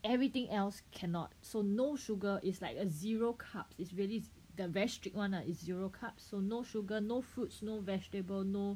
everything else cannot so no sugar is like a zero carbs is really the very strict [one] lah is zero carbs so no sugar no fruits no vegetable no